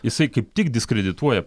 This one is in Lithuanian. jisai kaip tik diskredituoja